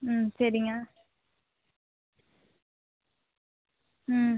ம் சரிங்க ம்